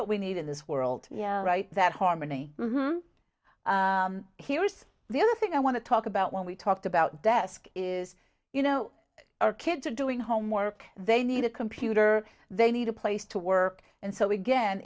what we need in this world right that harmony here's the other thing i want to talk about when we talked about desk is you know our kids are doing homework they need a computer they need a place to work and so again